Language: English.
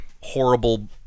horrible